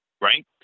right